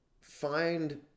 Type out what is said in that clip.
find